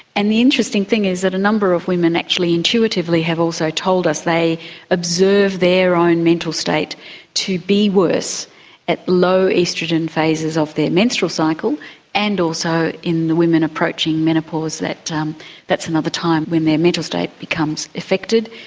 and the interesting thing is that a number of women actually intuitively have also told us they observed their own mental state to be worse at low-oestrogen phases of their menstrual cycle and also in the women approaching menopause that um that's another time when their mental state becomes affected.